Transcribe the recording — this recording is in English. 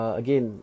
again